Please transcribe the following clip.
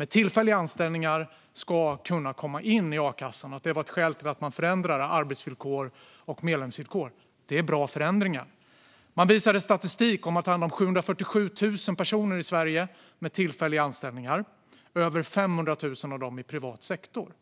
har tillfälliga anställningar ska kunna komma in i a-kassan och att detta var skälet till att man förändrade arbetsvillkor och medlemsvillkor. Det är bra förändringar. Regeringen visade statistik om att det handlar om 747 000 personer i Sverige som har tillfälliga anställningar, varav över 500 000 i privat sektor.